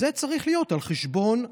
זה צריך להיות על חשבון הנוסע.